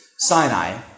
Sinai